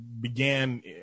began